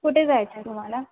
कुठे जायचं आहे तुम्हाला